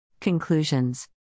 Conclusions